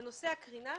בנושא הקרינה,